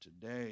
today